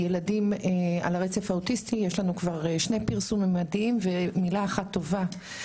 מילה אחת טובה,